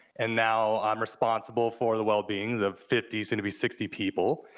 and now i'm responsible for the wellbeing of fifty, soon to be sixty people,